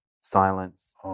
silence